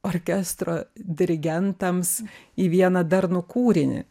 orkestro dirigentams į vieną darnų kūrinį